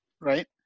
right